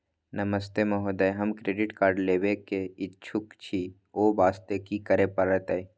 नमस्ते महोदय, हम credit card लेबे के इच्छुक छि ओ वास्ते की करै परतै?